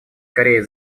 корея